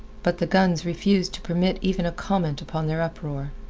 but the guns refused to permit even a comment upon their uproar.